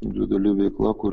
individuali veikla kur